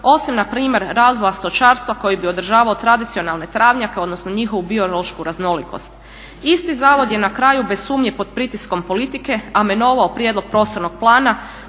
osim na primjer razvoja stočarstva koji bi održavao tradicionalne travnjake, odnosno njihovu biološku raznolikost. Isti zavod je na kraju bez sumnje pod pritiskom politike amenovao prijedlog prostornog plana